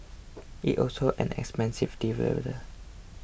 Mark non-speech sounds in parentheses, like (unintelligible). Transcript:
it's also an expensive (unintelligible)